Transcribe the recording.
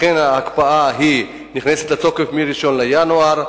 לכן ההקפאה נכנסת לתוקף ב-1 בינואר,